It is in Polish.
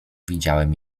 widziałem